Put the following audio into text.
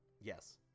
Yes